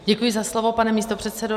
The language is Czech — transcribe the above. Děkuji za slovo, pane místopředsedo.